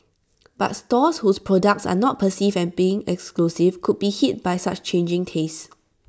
but stores whose products are not perceived as being exclusive could be hit by such changing tastes